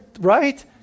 right